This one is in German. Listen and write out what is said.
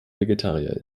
vegetarier